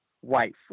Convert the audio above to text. white